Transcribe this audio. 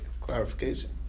clarification